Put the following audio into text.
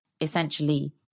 essentially